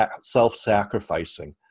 self-sacrificing